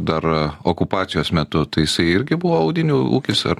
dar okupacijos metu tai jisai irgi buvo audinių ūkis ar